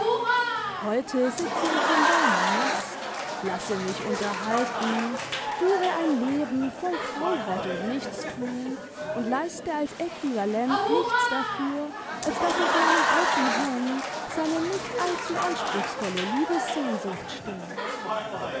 heute sitze ich im warmen nest lasse mich unterhalten führe ein leben voll faulheit und nichtstun und leiste als äquivalent nichts dafür als daß ich meinem alten herrn seine nicht allzu anspruchsvolle liebessehnsucht